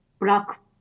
black